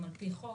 הם על פי חוק,